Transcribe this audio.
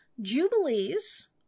Jubilees